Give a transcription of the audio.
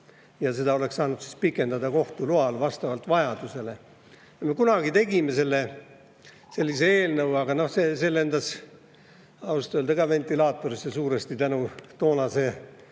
ja seda oleks saanud pikendada kohtu loal vastavalt vajadusele. Me kunagi tegime sellise eelnõu, aga see lendas ausalt öeldes ventilaatorisse suuresti toonase